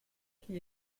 qui